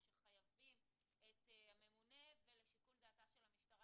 או שחייבים את הממונה ולשיקול דעתה של המשטרה